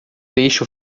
deixe